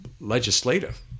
legislative